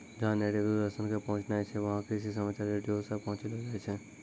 जहां नेट या दूरदर्शन के पहुंच नाय छै वहां कृषि समाचार रेडियो सॅ पहुंचैलो जाय छै